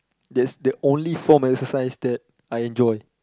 that's the only form of exercise that I enjoy